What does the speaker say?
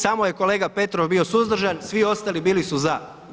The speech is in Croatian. Samo je kolega Petrov bio suzdržan, svi ostali bili su za.